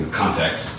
context